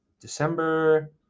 December